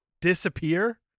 disappear